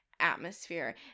Atmosphere